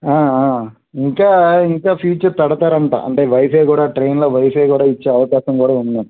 ఇంకా ఇంకా ఫ్యూచర్ పెడతారు అంట అంటే వైఫై కూడా ట్రైన్లో వైఫై కూడా ఇచ్చే అవకాశం కూడా ఉంది